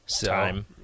time